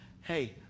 Hey